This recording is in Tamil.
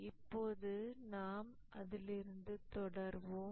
இப்போது நாம் அதிலிருந்து தொடர்வோம்